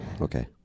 Okay